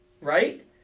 right